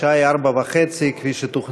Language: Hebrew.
השעה היא 16:30. כפי שתוכנן,